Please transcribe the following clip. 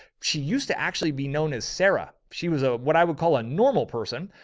she used to actually be known as sarah. she was a, what i would call a normal person.